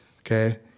Okay